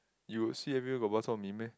you see everywhere got bak-chor-mee meh